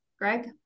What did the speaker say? greg